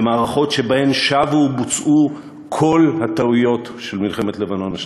במערכות שבהן שבו ובוצעו כל הטעויות של מלחמת לבנון השנייה.